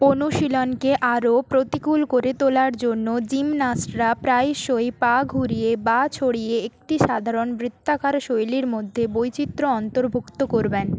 অনুশীলনকে আরও প্রতিকূল করে তোলার জন্য জিমনাস্টরা প্রায়শই পা ঘুরিয়ে বা ছড়িয়ে একটি সাধারণ বৃত্তাকার শৈলীর মধ্যে বৈচিত্র্য অন্তর্ভুক্ত করবেন